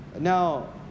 now